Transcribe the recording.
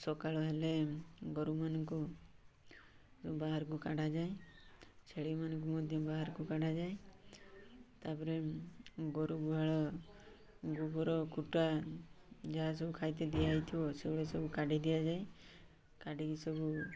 ସକାଳ ହେଲେ ଗୋରୁମାନଙ୍କୁ ବାହାରକୁ କାଢ଼ାଯାଏ ଛେଳିମାନଙ୍କୁ ମଧ୍ୟ ବାହାରକୁ କାଢ଼ାଯାଏ ତାପରେ ଗୋରୁ ଗୁହାଳ ଗୋବର କୁଟା ଯାହା ସବୁ ଖାଇ ଦିଆହେଇଥିବ ସେଗୁଡ଼ା ସବୁ କାଢ଼ି ଦିଆଯାଏ କାଟିକି ସବୁ